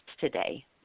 today